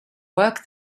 work